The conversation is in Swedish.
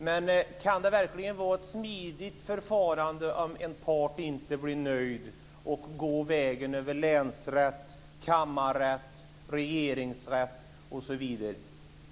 Men kan det verkligen vara ett smidigt förfarande om man går vägen över länsrätt, kammarrätt, regeringsrätt, osv., om en part inte blir nöjd?